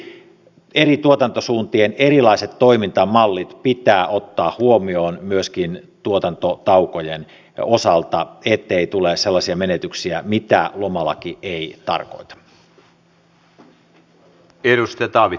siksi eri tuotantosuuntien erilaiset toimintamallit pitää ottaa huomioon myöskin tuotantotaukojen osalta ettei tule sellaisia menetyksiä mitä lomalaki ei tarkoita